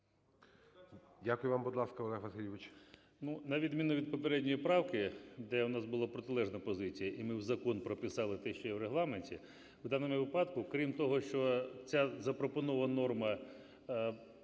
Дякую вам. Будь ласка, Олег Васильович.